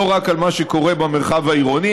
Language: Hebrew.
לא רק על מה שקורה במרחב העירוני.